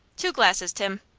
two glasses, tim.